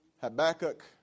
Habakkuk